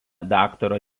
daktaro